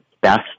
best